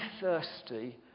thirsty